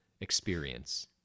experience